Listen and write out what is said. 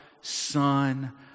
Son